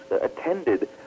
attended